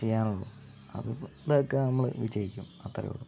ചെയ്യാനുള്ളൂ അതിലൊക്കെ നമ്മൾ വിജയിക്കും അത്രയേയുള്ളൂ